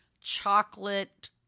chocolate